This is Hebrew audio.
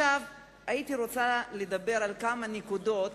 הייתי רוצה לדבר על כמה נקודות.